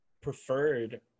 preferred